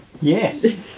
Yes